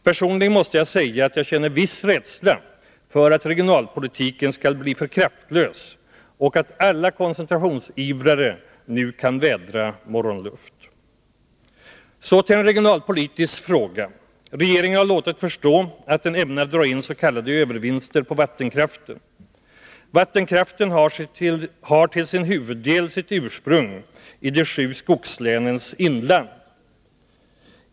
Personligen måste jag säga att jag känner viss rädsla för att regionalpolitiken skall bli för kraftlös och att alla koncentrationsivrare nu kan vädra morgonluft. Så till en regionalpolitisk fråga. Regeringen har låtit förstå att den ämnar dra in s.k. övervinster på vattenkraften. Vattenkraften har till sin huvuddel sitt ursprung i de sju skogslänens inland.